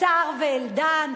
סער וארדן,